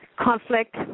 conflict